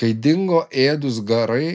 kai dingo ėdūs garai